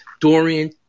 Dorian